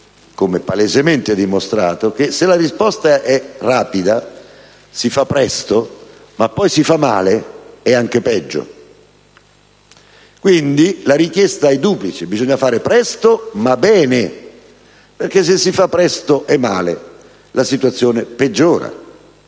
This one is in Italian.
come palesemente dimostrato, se la risposta è rapida, si fa presto, ma si fa male e anche peggio. Quindi, la richiesta è duplice: bisogna fare presto, ma bene, perché se si fa presto e male la situazione peggiora.